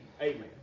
Amen